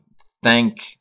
thank